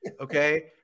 Okay